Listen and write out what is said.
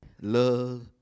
love